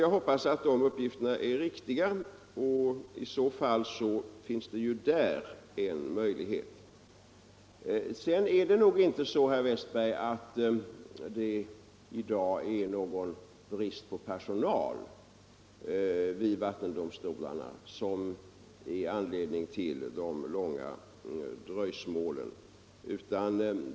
Jag hoppas att de uppgifterna är riktiga, och i så fall finns det ju där en möjlighet. Det är nog inte så, herr Westberg, att det i dag är någon brist på personal vid vattendomstolarna och att detta skulle vara anledningen till de långa dröjsmålen.